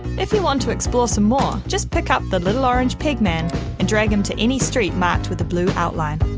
if you want to explore some more, just pick up the little orange peg man and drag him to any street marked with a blue outline.